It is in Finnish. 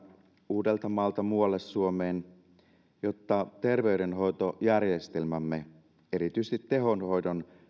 uudeltamaalta muualle suomeen halutaan pysäyttää jotta terveydenhoitojärjestelmämme erityisesti tehohoidon